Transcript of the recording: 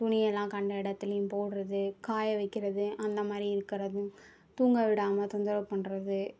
துணியெல்லாம் கண்ட இடத்துலையும் போட்றது காய வைக்கிறது அந்தமாதிரி இருக்கிறது தூங்க விடாமல் தொந்தரவு பண்ணுறது